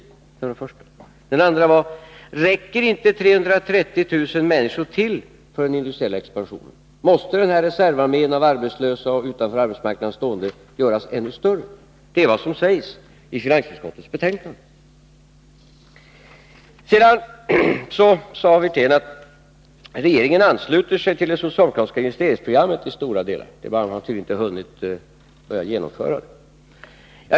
En annan fråga som jag ställde var: Räcker inte 330 000 människor till för den industriella expansionen? Måste reservarmén av arbetslösa och utanför arbetsmarknaden stående göras ännu större? Det är nämligen vad som sägs i finansutskottets betänkande. Sedan sade Rolf Wirtén att regeringen ansluter sig till stora delar av det socialdemokratiska investeringsprogrammet — det är tydligen bara så att man inte har hunnit genomföra det ännu.